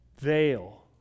veil